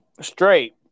straight